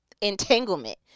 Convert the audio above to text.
entanglement